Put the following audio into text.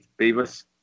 Beavis